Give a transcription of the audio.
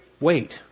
wait